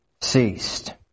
ceased